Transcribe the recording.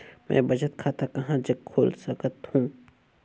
मैं बचत खाता कहां जग खोल सकत हों?